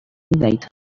midnight